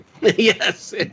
Yes